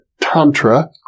Tantra